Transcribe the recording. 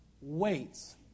weights